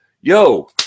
Yo